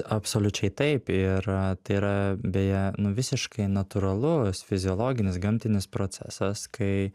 absoliučiai taip ir tai yra beje nu visiškai natūralus fiziologinis gamtinis procesas kai